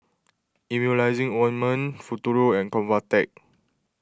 Emulsying Ointment Futuro and Convatec